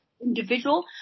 individual